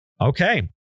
Okay